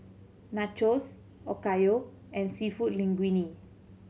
Nachos Okayu and Seafood Linguine